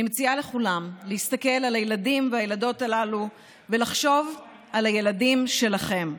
אני מציעה לכולם להסתכל על הילדים והילדות הללו ולחשוב על הילדים שלכם.